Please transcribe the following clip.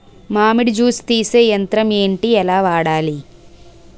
మామిడి జూస్ తీసే యంత్రం ఏంటి? ఎలా వాడాలి?